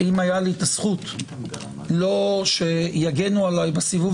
אם הייתה לי הזכות לא שיגנו עליי בסיבוב